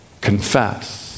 confess